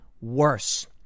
worse